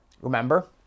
remember